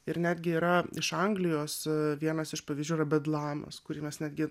ir netgi yra iš anglijos vienas iš pavyzdžių yra bedlamas kuri mes netgi